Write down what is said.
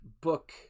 book